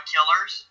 Killers